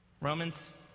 Romans